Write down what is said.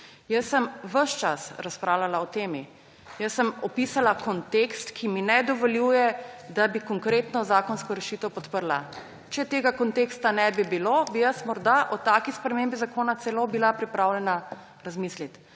Jaz sem ves čas razpravljala o temi, opisala sem kontekst, ki mi ne dovoljuje, da bi konkretno zakonsko rešitev podprla. Če tega konteksta ne bi bilo, bi morda o taki spremembi zakona celo bila pripravljena razmisliti.